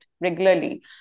regularly